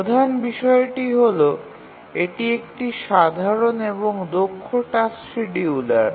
প্রধান বিষয়টি হল এটি একটি সাধারণ এবং দক্ষ টাস্ক শিডিয়ুলার